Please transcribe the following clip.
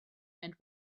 and